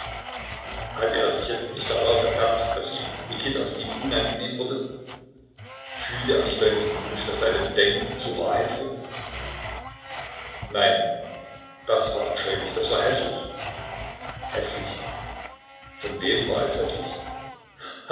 hatte er sich jetzt nicht darauf ertappt daß ihm mikitas liebe unangenehm wurde fühlte er nicht deutlich den wunsch daß seine bedenken zur wahrheit würden nein das war abscheulich das war häßlich häßlich von wem war es häßlich